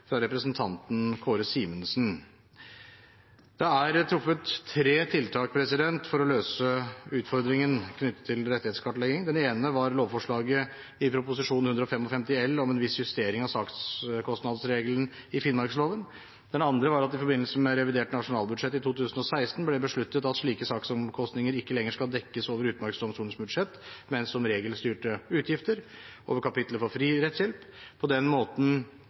fra representanten Kåre Simensen. Det er truffet tre tiltak for å løse utfordringen knyttet til rettighetskartleggingen. Det ene var lovforslaget i Prop. 155 L for 2015–2016 om en viss justering av sakskostnadsregelen i finnmarksloven. Det andre var at det i forbindelse med revidert nasjonalbudsjett i 2016 ble besluttet at slike saksomkostninger ikke lenger skal dekkes over Utmarksdomstolens budsjett, men som regelstyrte utgifter over kapitlet for fri rettshjelp. På den måten